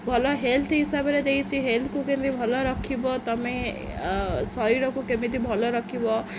ଭଲ ହେଲ୍ଥ ହିସାବରେ ଦେଇଛି ହେଲ୍ଥକୁ କେମିତି ଭଲ ରଖିବ ତୁମେ ଶରୀରକୁ କେମିତି ଭଲ ରଖିବ